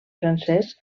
francès